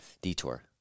detour